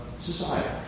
society